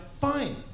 Fine